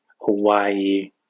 Hawaii